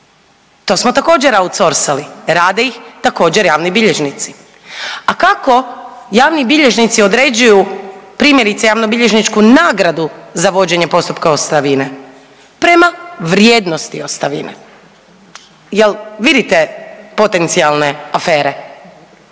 To smo također outsourcing-ali, rade ih također javni bilježnici. A kako javni bilježnici određuju primjerice javnobilježničku nagradu za vođenje postupka ostavine? Prema vrijednosti ostavine. Jel vidite potencijalne afere.